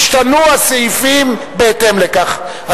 ישתנו הסעיפים בהתאם לכך,